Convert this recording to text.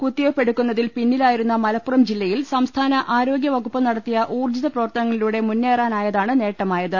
കുത്തിവെപ്പെടുക്കുന്നതിൽ പിന്നിലായിരുന്ന മലപ്പുറം ജില്ലയിൽ സംസ്ഥാന ആരോഗ്യവകുപ്പ് നടത്തിയ ഊർജ്ജിത പ്രവർത്തനങ്ങളി ലൂടെ മുന്നേറാനായതാണ് നേട്ടമായത്